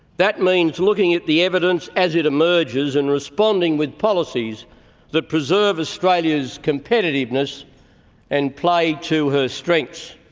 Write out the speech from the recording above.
that means looking at the evidence as it emerges and responding with policies that preserve australia's competitiveness and play to her strengths.